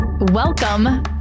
Welcome